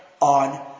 on